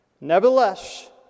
Nevertheless